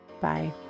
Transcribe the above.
Bye